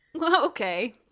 Okay